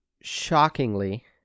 Shockingly